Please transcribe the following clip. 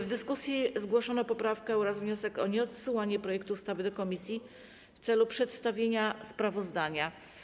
W dyskusji zgłoszono poprawkę oraz wniosek o nieodsyłanie projektu ustawy do komisji w celu przedstawienia sprawozdania.